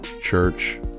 church